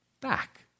back